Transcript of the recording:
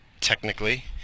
technically